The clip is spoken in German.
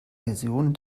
version